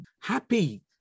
happy